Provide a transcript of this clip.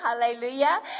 Hallelujah